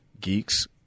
Geeks